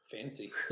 Fancy